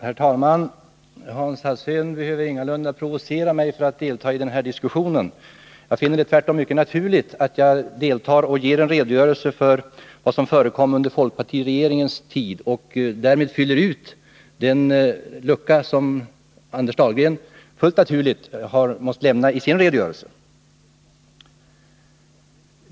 Herr talman! Hans Alsén behöver ingalunda provocera mig till att delta i den här diskussionen. Jag finner det tvärtom mycket naturligt att jag deltar och ger en redogörelse för vad som förekom under folkpartiregeringens tid och därmed fyller ut den lucka som Anders Dahlgren, fullt naturligt, har måst lämna i sin redogörelse.